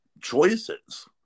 choices